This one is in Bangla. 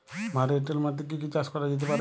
ভারী এঁটেল মাটিতে কি কি চাষ করা যেতে পারে?